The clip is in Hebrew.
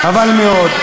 חבל מאוד.